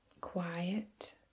quiet